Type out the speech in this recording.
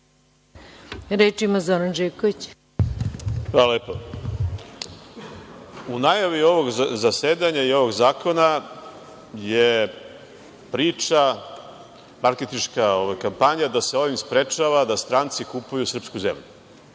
**Zoran Živković** Hvala lepo.U najavi ovog zasedanja i ovog zakona je priča, marketinška kampanja da se ovim sprečava da stranci kupuju srpsku zemlju.